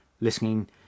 listening